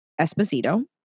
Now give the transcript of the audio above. Esposito